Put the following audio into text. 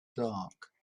dark